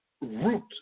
root